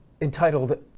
entitled